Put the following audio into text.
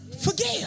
forgive